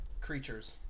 creatures